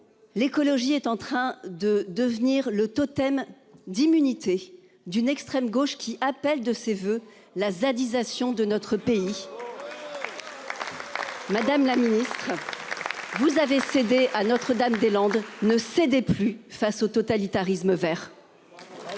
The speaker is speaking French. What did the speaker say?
L'écologie est en train de devenir le totem d'immunité d'une extrême gauche qui appelle de ses voeux la zadisation de notre pays. Madame la ministre. Vous avez cédé. À notre dame des Landes ne cédait plus face au totalitarisme Vert.